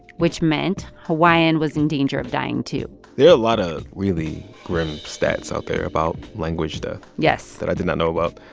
which meant hawaiian was in danger of dying, too there are a lot of really grim stats out there about language that. yes. that i did not know about